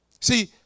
See